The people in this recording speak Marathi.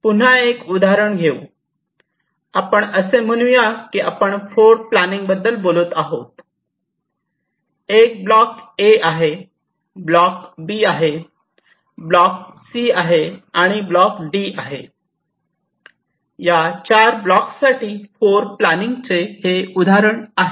पुन्हा एक उदाहरण घेऊ आपण असे म्हणूया की आपण फ्लोर प्लॅनिंगबद्दल बोलत आहोत एक ब्लॉक ए आहे ब्लॉक बी आहे ब्लॉक सी आणि डी आहे या 4 ब्लॉक्ससाठी फ्लोरप्लानचे हे उदाहरण आहे